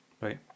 Right